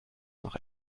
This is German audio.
nach